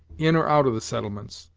in or out of the settlements,